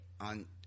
on